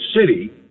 city